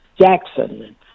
Jackson